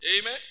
Amen